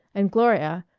and gloria,